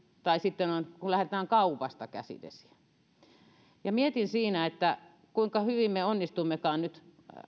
tai sitten käsidesiä on kun lähdetään kaupasta mietin siinä kuinka hyvin me onnistummekaan nyt